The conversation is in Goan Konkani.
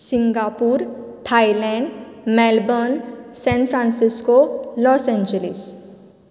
Singapore Thailand Melbourne San Francisco Los Angeles